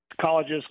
colleges